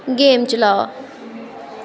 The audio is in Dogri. गेम चलाओ